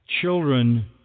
children